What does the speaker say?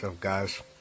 guys